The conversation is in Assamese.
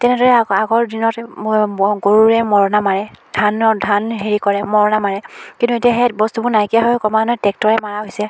তেনেদৰে আগৰ আগৰ দিনত ম ম গৰুৰে মৰণা মাৰে ধানৰ ধান হেৰি কৰে মৰণা মাৰে কিন্তু এতিয়া সেই বস্তুবোৰ নাইকীয়া হৈ ক্ৰমান্বয়ে ট্ৰেক্টৰে মৰা হৈছে